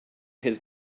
his